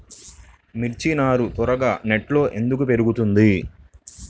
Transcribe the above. మిర్చి నారు త్వరగా నెట్లో ఎందుకు పెరుగుతుంది?